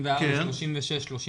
36 ו-36,